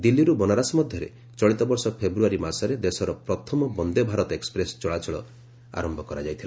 ଦିଲ୍ଲୀରୁ ବନାରସ ମଧ୍ୟରେ ଚଳିତ ବର୍ଷ ଫେବୃୟାରୀ ମାସରେ ଦେଶର ପ୍ରଥମ ବନ୍ଦେ ଭାରତ ଏକୁପ୍ରେସ୍ ଚଳାଚଳ ଆରମ୍ଭ କରାଯାଇଥିଲା